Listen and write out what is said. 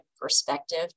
perspective